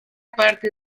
parte